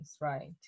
right